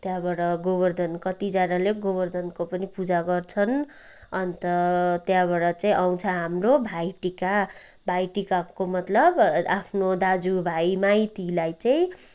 त्याँबाट गोवर्धन कतिजनाले गोवर्धनको पनि पूजा गर्छन अन्त त्यहाँबाट चाहिँ आउँछ हाम्रो भाइटिका भाइटिकाको मतलब आफ्नो दाजुभाइ माइतीलाई चाहिँ